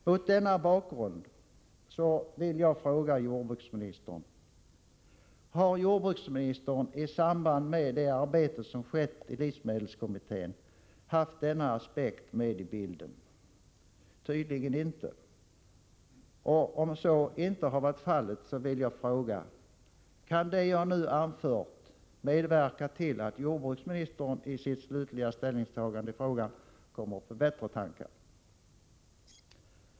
Mot denna bakgrund vill jag fråga jordbruksministern: Har jordbruksministern i samband med det arbete som skett i livsmedelskommittén haft denna aspekt med i bilden? Tydligen inte. Om så inte har varit fallet vill jag fråga: Kan det jag nu anfört medverka till att jordbruksministern i sitt slutliga ställningstagande i frågan kommer på bättre tankar?